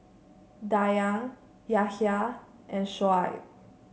Dayang Yahya and Shoaib